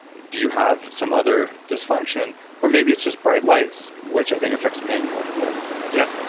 do you have some other dysfunction or maybe it's just bright lights, which i think affects men more than women yeah,